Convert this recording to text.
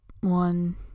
one